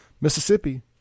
Mississippi